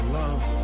love